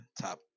Top